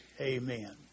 Amen